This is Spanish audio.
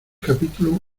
capítulos